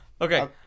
Okay